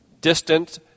distant